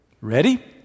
Ready